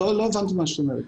לא הבנתי את השאלה.